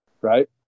right